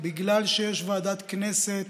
בגלל שיש ישיבה של ועדת כנסת